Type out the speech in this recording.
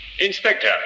Inspector